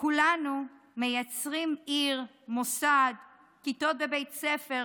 כולנו מייצרים עיר, מוסד, כיתות בבית ספר,